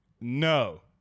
no